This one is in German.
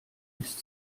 ist